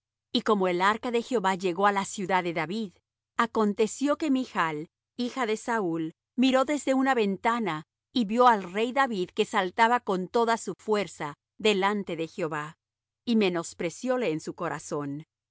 y como el arca de jehová llegó á la ciudad de david aconteció que michl hija de saúl miró desde una ventana y vió al rey david que saltaba con toda su fuerza delante de jehová y menosprecióle en su corazón